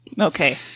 Okay